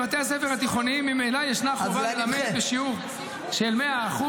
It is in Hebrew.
בבתי הספר התיכוניים ממילא ישנה חובה ללמד בשיעור של 100%,